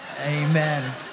Amen